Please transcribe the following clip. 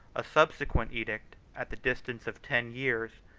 a subsequent edict, at the distance of ten years,